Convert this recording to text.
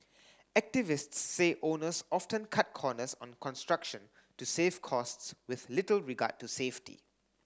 activists say owners often cut corners on construction to save costs with little regard to safety